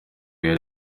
yari